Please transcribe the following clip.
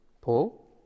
Paul